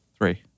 Three